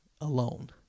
alone